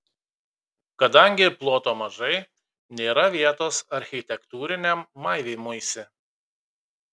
kadangi ploto mažai nėra vietos architektūriniam maivymuisi